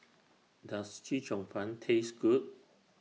Does Chee Cheong Fun Taste Good